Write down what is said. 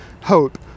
hope